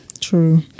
True